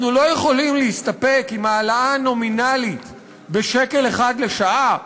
אנחנו לא יכולים להסתפק בהעלאה נומינלית בשקל אחד לשעה,